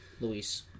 Luis